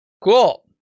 Cool